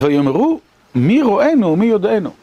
ויאמרו מי רואינו ומי יודענו.